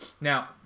Now